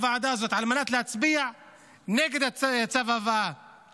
לוועדה הזאת על מנת להצביע נגד צו הבאה